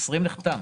2020 נחתם.